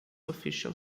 official